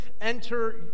Enter